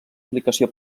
aplicació